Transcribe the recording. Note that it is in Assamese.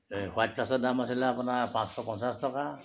হোৱাইট প্লাছৰ দাম আছিলে আপোনাৰ পাঁচশ পঞ্চাছ টকা